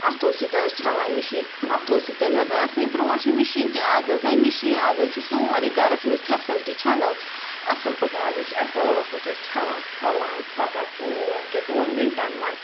اَتھو سۭتۍ ٲسۍ چھَلان مِشیٖن اَتھ سۭتۍ تیٚلہِ نہ حظ ٲسٕے نہٕ برونٛٹھ یِم مِشیٖن کہِ اَز حظ آے مِشیٖن اَز حظ چھِ سورُے گَرَس منٛز فیسَلٹی چھ نہ حظ اَصٕل پٲٹھۍ اَز حظ چھِ اَصٕل پٲٹھۍ أسۍ چھَلان چھَلان چھۄکان سورُے کینٛہہ دوٚن مِنٹَن منٛز